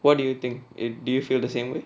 what do you think it do you feel the same way